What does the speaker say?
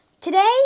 Today